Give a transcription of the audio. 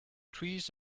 trees